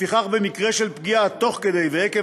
ולפיכך במקרה של פגיעה תוך כדי ועקב